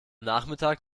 nachmittag